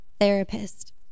therapist